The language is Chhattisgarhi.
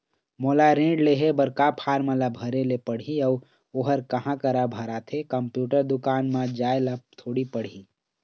मोला ऋण लेहे बर का फार्म ला भरे ले पड़ही अऊ ओहर कहा करा भराथे, कंप्यूटर दुकान मा जाए ला थोड़ी पड़ही?